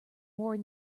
more